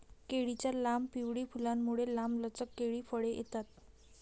केळीच्या लांब, पिवळी फुलांमुळे, लांबलचक केळी फळे येतात